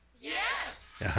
Yes